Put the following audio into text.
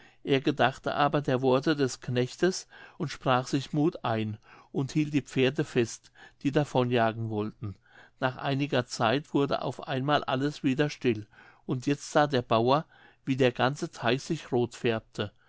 er gedachte aber der worte des knechtes und sprach sich muth ein und hielt die pferde fest die davon jagen wollten nach einiger zeit wurde auf einmal alles wieder still und jetzt sah der bauer wie der ganze teich sich roth färbte